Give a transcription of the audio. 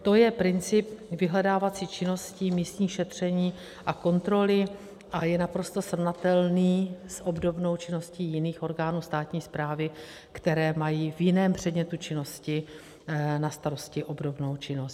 To je princip vyhledávací činnosti, místních šetření a kontroly a je naprosto srovnatelný s obdobnou činností jiných orgánů státní správy, které mají v jiném předmětu činnosti na starosti obdobnou činnost.